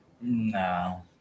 No